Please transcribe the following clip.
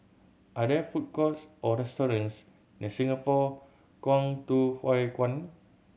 are there food courts or restaurants near Singapore Kwangtung Hui Kuan